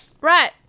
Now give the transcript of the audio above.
right